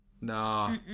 no